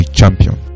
champion